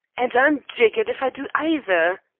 and i'm jiggered if i do either.